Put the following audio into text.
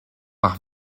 par